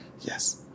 yes